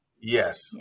Yes